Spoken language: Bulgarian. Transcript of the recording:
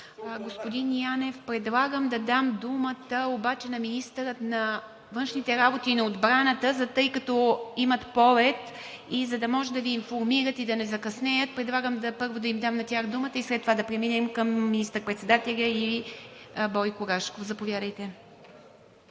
Господин Янев, предлагам да дам думата обаче на министъра на външните работи и на отбраната, тъй като имат полет, за да може да ни информират и да не закъснеят, предлагам първо да им дам на тях думата и след това да преминем към министър-председателя и Бойко Рашков. Заповядайте.